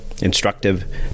instructive